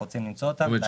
אנחנו רוצים למצוא אותן.